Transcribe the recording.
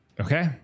Okay